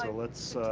so let's,